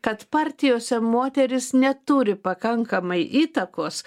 kad partijose moterys neturi pakankamai įtakos